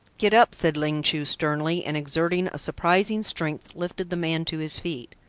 get up, said ling chu sternly, and, exerting a surprising strength, lifted the man to his feet.